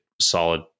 solid